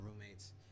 roommates